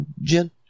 Jen